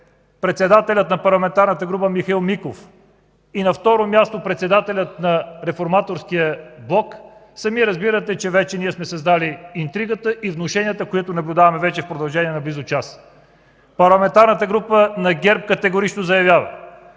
председателят на парламентарната група Михаил Миков, и на второ място – председателят на Реформаторския блок, сами разбирате, че вече ние сме създали интригата и внушенията, които наблюдаваме в продължение на близо час. Парламентарната група на ГЕРБ категорично заявява,